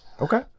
Okay